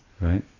right